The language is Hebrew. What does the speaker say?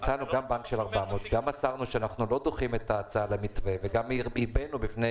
מצאנו בנק וגם מסרנו שאנחנו לא דוחים את ההצעה של המתווה וגם גיבינו בפני